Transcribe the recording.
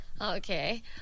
Okay